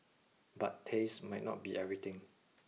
but taste might not be everything